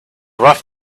rough